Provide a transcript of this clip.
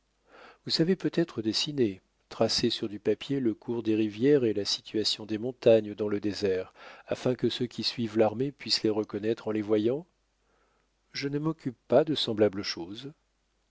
vous savez peut-être dessiner tracer sur du papier le cours des rivières et la situation des montagnes dans le désert afin que ceux qui suivent l'armée puissent les reconnaître en les voyant je ne m'occupe pas de semblables choses